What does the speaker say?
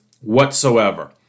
whatsoever